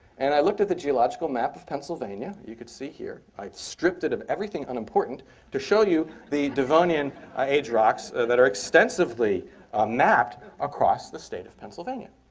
and i looked at the geological map of pennsylvania you could see here. i stripped it of everything unimportant to show you the devonian ah age rocks that are extensively ah mapped across the state of pennsylvania.